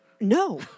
no